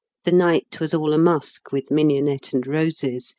the night was all a-musk with mignonette and roses,